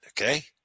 okay